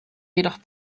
jedoch